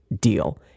deal